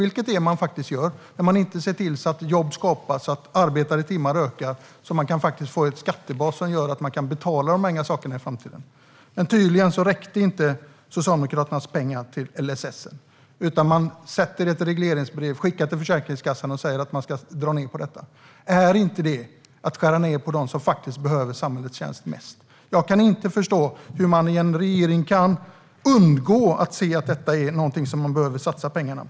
Det är faktiskt det som man gör när man inte ser till att jobb skapas och antalet arbetade timmar ökar för att man ska få en skattebas som gör att man kan betala dessa saker i framtiden. Men tydligen räckte inte Socialdemokraternas pengar till LSS. De skickar ett regleringsbrev till Försäkringskassan och säger att Försäkringskassan ska dra ned på detta. Är inte det att skära ned resurser från dem som faktiskt behöver samhällets tjänster mest? Jag kan inte förstå hur man i en regering kan undgå att se att detta är någonting som man behöver satsa pengar på.